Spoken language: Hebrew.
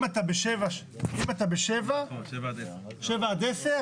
אם אתה באשכול 7-10,